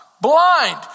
Blind